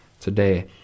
today